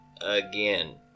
Again